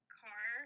car